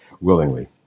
willingly